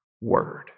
word